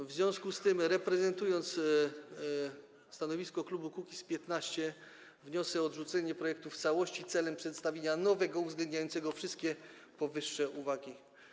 W związku z tym, prezentując stanowisko klubu Kukiz'15, wnoszę o odrzucenie projektu w całości celem przedstawienia nowego, uwzględniającego wszystkie powyższe uwagi.